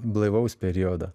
blaivaus periodo